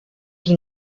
die